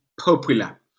popular